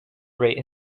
rate